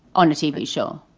on a tv show.